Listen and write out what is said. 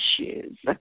issues